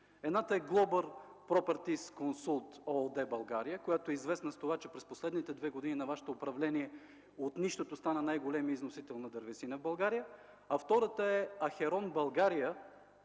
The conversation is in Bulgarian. Едната е „Глобал пропърти консулт” ООД – България, която е известна с това, че през последните 2 години на Вашето управление от нищото стана най-големия износител на дървесина в България, а втората е „Ахерон България”